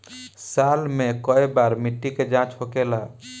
साल मे केए बार मिट्टी के जाँच होखेला?